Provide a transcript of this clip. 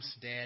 Dad